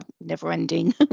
never-ending